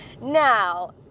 Now